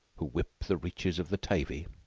who whip the reaches of the tavi,